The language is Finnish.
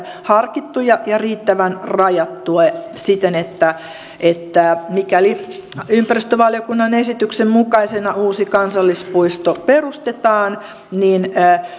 harkittuja ja riittävän rajattuja siten että että mikäli ympäristövaliokunnan esityksen mukaisena uusi kansallispuisto perustetaan niin